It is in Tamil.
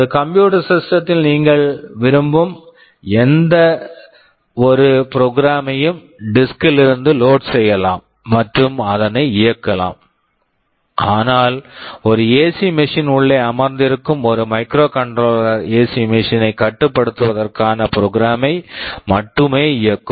ஒரு கம்ப்யூட்டர் சிஸ்டம் computer system த்தில் நீங்கள் விரும்பும் எந்தவொரு ப்ரோக்ராம் program ஐயும் டிஸ்க் disk ல் இருந்து லோட் load செய்யலாம் மற்றும் அதனை இயக்கலாம் ஆனால் ஒரு ஏசி மெஷின் AC machine உள்ளே அமர்ந்திருக்கும் ஒரு microcontroller microcontroller AC machine AC machine ஐ கட்டுப்படுத்துவதற்கான ப்ரோக்ராம் program மை மட்டுமே இயக்கும்